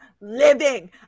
living